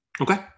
Okay